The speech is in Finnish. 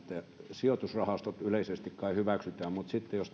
sijoitusrahastot yleisesti kai hyväksytään mutta sitten jos